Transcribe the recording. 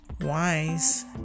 wise